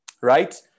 right